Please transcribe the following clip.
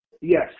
Yes